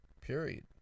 period